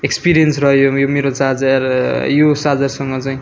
experience रह्यो यो मेरो चार्जर यो चार्जरसँग चाहिँ